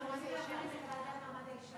אנחנו רוצים להעביר את זה לוועדה למעמד האישה.